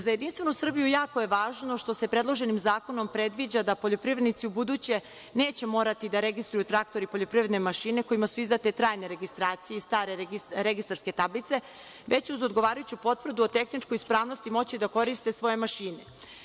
Za JS jako je važno što se predloženim zakonom predviđa da poljoprivrednici u buduće neće morati da registruju traktore i poljoprivredne mašine, kojima su izdate trajne registracije, stare registarske tablice, već uz odgovarajuću potvrdu o tehničkoj ispravnosti, moći će da koriste svoje mašine.